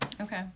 Okay